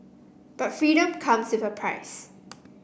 but freedom comes with a price